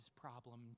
problem